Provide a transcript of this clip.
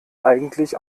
eigentlich